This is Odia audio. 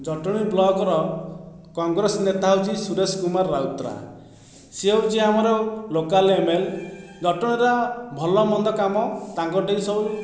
ଜଟଣୀ ବ୍ଲକ୍ର କଂଗ୍ରେସ ନେତା ହେଉଛି ସୁରେଶ କୁମାର ରାଉତରାୟ ସେ ହେଉଛି ଆମର ଲୋକାଲ ଏମ୍ଏଲ୍ଏ ଜଟଣୀର ଭଲମନ୍ଦ କାମ ତାଙ୍କଠି ସବୁ